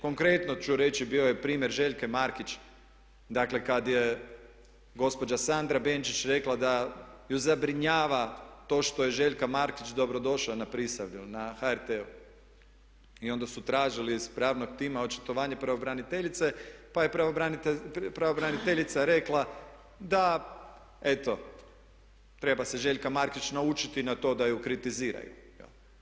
Konkretno ću reći, bio je primjer Željke Markić dakle kad je gospođa Sandra Benčić rekla da ju zabrinjava to što je Željka Markić dobrodošla na Prisavlje na HRT-u i onda su tražili s pravnog tima očitovanje pravobraniteljice pa je pravobraniteljica rekla da eto treba se Željka Markić naučiti na to da ju kritiziraju, jel?